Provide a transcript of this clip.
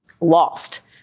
lost